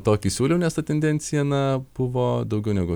tokį siūliau nes ta tendencija na buvo daugiau negu